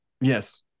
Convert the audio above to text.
Yes